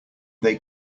they